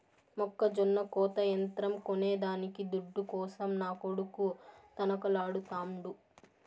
మొక్కజొన్న కోత యంత్రం కొనేదానికి దుడ్డు కోసం నా కొడుకు తనకలాడుతాండు